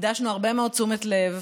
הקדשנו הרבה מאוד תשומת לב.